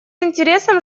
интересом